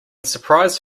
surprise